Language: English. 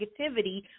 negativity